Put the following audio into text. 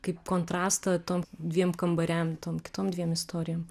kaip kontrastą tom dviem kambariam tom kitom dviem istorijom